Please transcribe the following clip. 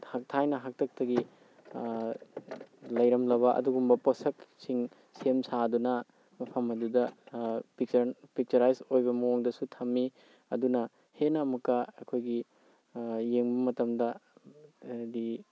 ꯊꯥꯏꯅ ꯍꯥꯛꯇꯛꯇꯒꯤ ꯂꯩꯔꯝꯂꯕ ꯑꯗꯨꯒꯨꯝꯕ ꯄꯣꯁꯛꯁꯤꯡ ꯁꯦꯝ ꯁꯥꯗꯨꯅ ꯃꯐꯝ ꯑꯗꯨꯗ ꯄꯤꯛꯆꯔꯥꯏꯖ ꯑꯣꯏꯕ ꯃꯑꯣꯡꯗꯁꯨ ꯊꯝꯃꯤ ꯑꯗꯨꯅ ꯍꯦꯟꯅ ꯑꯃꯨꯛꯀ ꯑꯩꯈꯣꯏꯒꯤ ꯌꯦꯡꯕ ꯃꯇꯝꯗ ꯍꯥꯏꯗꯤ